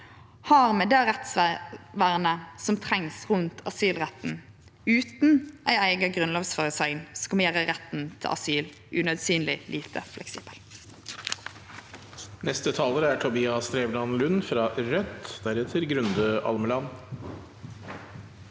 har vi det rettsvernet som trengst rundt asylretten utan ei eiga grunnlovsføresegn, som vil gjere retten til asyl unødig lite fleksibel.